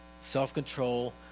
self-control